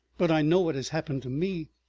but i know what has happened to me.